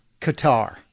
Qatar